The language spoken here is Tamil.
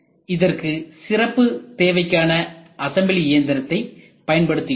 இதற்கு சிறப்பு தேவைக்கான அசம்பிளி இயந்திரத்தை பயன்படுத்துகிறோம்